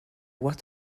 what